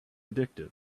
addictive